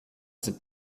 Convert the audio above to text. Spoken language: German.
sind